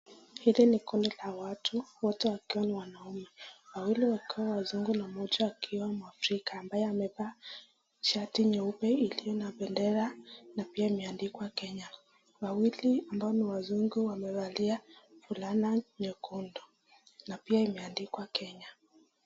Hili ni kundi la watu, wote wakiwa ni wanaume wawili wakiwa wazungu na mmoja akiwa ni wafrica ambaye amevaa shati nyeupe iliyo na bendera na pia imeandikwa Kenya. Wawili ambao ni wazungu wamevalia fulana nyekundu na pia imeandikwa Kenya.